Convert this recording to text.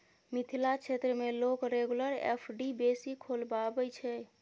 मिथिला क्षेत्र मे लोक रेगुलर एफ.डी बेसी खोलबाबै छै